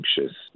anxious